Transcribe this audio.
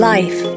Life